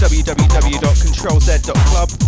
www.controlz.club